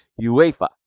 UEFA